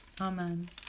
amen